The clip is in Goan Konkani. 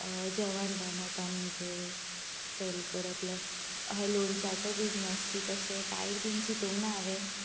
जेवण रांदप आनी तें सेल करप अहें लोणच्याचो बिझनस बी काय बी चितूंक ना हांवें